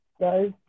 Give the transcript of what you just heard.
guys